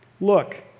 Look